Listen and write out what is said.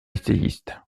essayiste